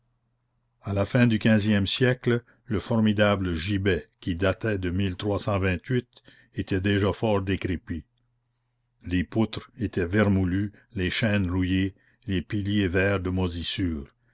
à la fin du quinzième siècle le formidable gibet qui datait de était déjà fort décrépit les poutres étaient vermoulues les chaînes rouillées les piliers verts de moisissure